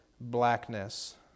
blackness